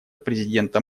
президента